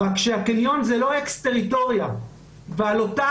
אלא שהקניון הוא לא אקס טריטוריה ועל אותה